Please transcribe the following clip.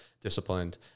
disciplined